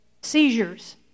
Seizures